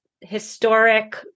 historic